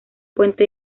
puente